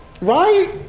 Right